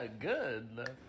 good